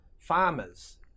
farmers